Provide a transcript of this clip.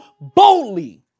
boldly